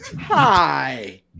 Hi